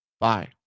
Bye